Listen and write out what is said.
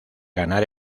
ganar